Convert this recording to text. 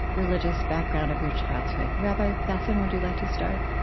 religious background of your childhood. rabbi bassin, would you like to start?